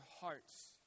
hearts